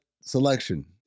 selection